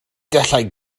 allai